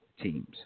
teams